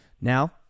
Now